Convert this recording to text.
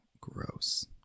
gross